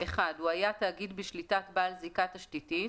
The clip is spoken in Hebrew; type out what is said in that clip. (1)הוא היה תאגיד בשליטת בעל זיקה תשתיתית,